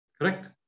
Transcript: Correct